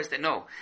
no